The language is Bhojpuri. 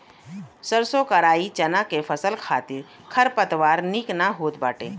सरसों कराई चना के फसल खातिर खरपतवार निक ना होत बाटे